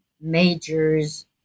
majors